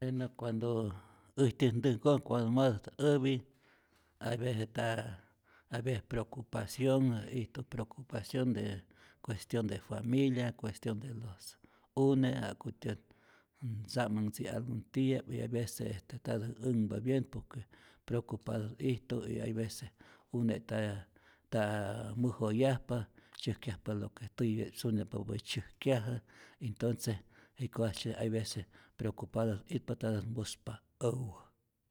Jenä cuando äjtyät ntäjkoj cuando matät äpi, hay vece nta hay vece preocupacionh ijtu preocupacion de cuestion de familia, cuestion de los une' ja'kutyät ntzamanh tzi'yaj algun tiyä y hay vece ntatät änhpa bien, por que preocupatät ijtu y hay vece une' nta nta mäjoyajpa, tzyäjkyajpa lo que titya'p sunyajpapä tzyäjkyajä, intonce jiko'tzye hay vece preocupadot itpa ntatät muspa äwä.